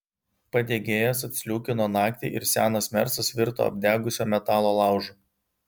padegėjas atsliūkino naktį ir senas mersas virto apdegusio metalo laužu